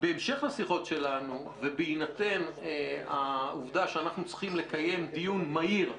בהמשך לשיחות שלנו ובהינתן העובדה שאנחנו צריכים לקיים דיון מהיר,